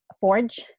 forge